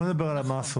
בואי נדבר על המסות.